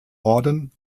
orden